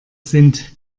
sind